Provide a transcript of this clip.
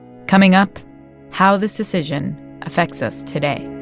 coming up how this decision affects us today